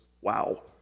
wow